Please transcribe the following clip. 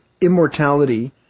Immortality